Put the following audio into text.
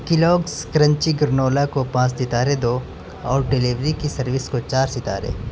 Kellogg's crunchy granola کو پانچ ستارے دو اور ڈیلیوری کی سروس کو چار ستارے